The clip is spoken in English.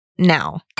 Now